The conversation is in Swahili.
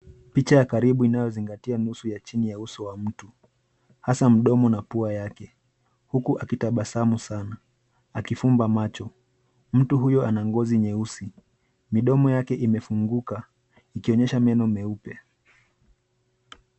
Picha ya karibu inayozingatia nusu ya chini ya uso wa mtu, hasa mdomo na pua yake huku akitabasamu sana akifumba macho, mtu huyo ana ngozi nyeusi, midomo yake imefunguka ikionyesha meno meupe.